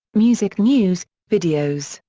music news, videos,